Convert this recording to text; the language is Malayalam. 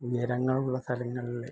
ഉയരങ്ങളുള്ള സ്ഥലങ്ങള്